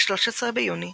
ב-13 ביוני